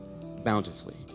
bountifully